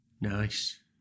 Nice